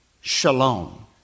shalom